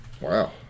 Wow